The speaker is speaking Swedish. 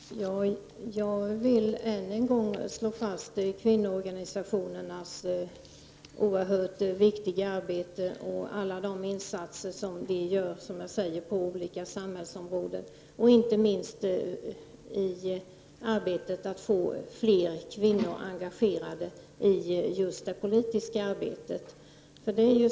Fru talman! Jag vill än en gång slå fast kvinnoorganisationernas oerhört viktiga arbete och alla de insatser som dessa organisationer gör på olika samhällsområden, inte minst när det gäller arbetet att få fler kvinnor engagerade i det politiska arbetet.